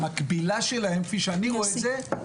המקבילה שלהם כפי שאני רואה את זה,